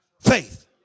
faith